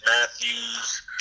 Matthews